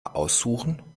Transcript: aussuchen